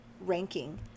ranking